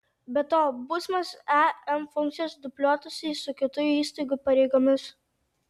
be to būsimos em funkcijos dubliuotųsi su kitų įstaigų pareigomis